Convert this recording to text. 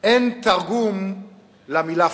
אין תרגום למלה "פראייר".